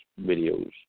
videos